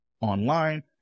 online